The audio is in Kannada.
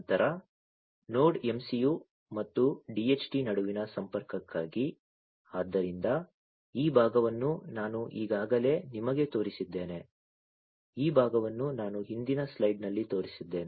ನಂತರ ನೋಡ್ MCU ಮತ್ತು DHT ನಡುವಿನ ಸಂಪರ್ಕಕ್ಕಾಗಿ ಆದ್ದರಿಂದ ಈ ಭಾಗವನ್ನು ನಾನು ಈಗಾಗಲೇ ನಿಮಗೆ ತೋರಿಸಿದ್ದೇನೆ ಈ ಭಾಗವನ್ನು ನಾನು ಹಿಂದಿನ ಸ್ಲೈಡ್ನಲ್ಲಿ ತೋರಿಸಿದ್ದೇನೆ